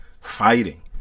fighting